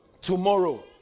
Tomorrow